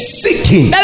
seeking